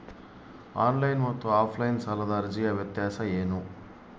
Online ಮತ್ತು offline ಸಾಲದ ಅರ್ಜಿಯ ವ್ಯತ್ಯಾಸ ಏನು?